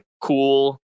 cool